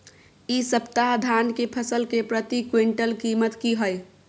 इ सप्ताह धान के फसल के प्रति क्विंटल कीमत की हय?